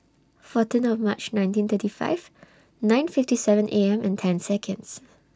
fourteen of March nineteen thirty five nine fifty seven A M and ten Seconds